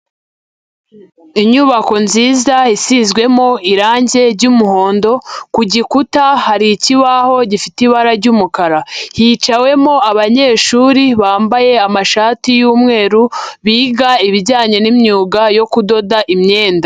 Inyubako nziza isizwemo irangi ry'umuhondo, ku gikuta hari ikibaho gifite ibara ry'umukara, hiciwemo abanyeshuri bambaye amashati y'umweru biga ibijyanye n'imyuga yo kudoda imyenda.